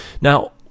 Now